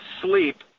sleep